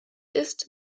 ist